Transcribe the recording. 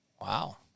Wow